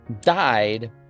died